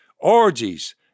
orgies